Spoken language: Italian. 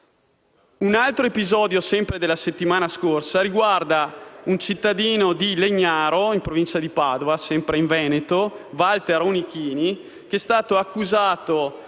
risalente alla settimana scorsa, riguarda un cittadino di Legnaro, in provincia di Padova, sempre in Veneto. Walter Onichini è stato accusato,